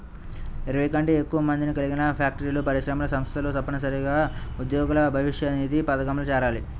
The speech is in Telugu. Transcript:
ఇరవై కంటే ఎక్కువ మందిని కలిగిన ఫ్యాక్టరీలు, పరిశ్రమలు, సంస్థలు తప్పనిసరిగా ఉద్యోగుల భవిష్యనిధి పథకంలో చేరాలి